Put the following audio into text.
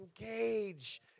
engage